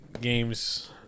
games